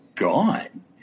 Gone